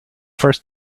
first